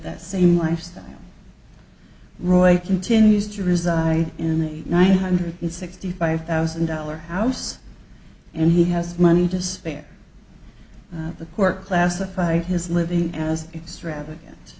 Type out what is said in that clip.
that same lifestyle roy continues to reside in the nine hundred sixty five thousand dollar house and he has money to spare the court classified his living as extravagant